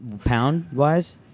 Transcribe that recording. Pound-wise